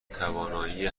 توانایی